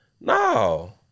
No